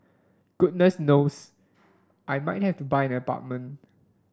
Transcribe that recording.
goodness knows I might have to buy an apartment